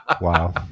Wow